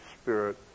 Spirit